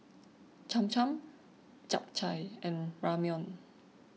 Cham Cham Japchae and Ramyeon